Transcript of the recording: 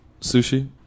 sushi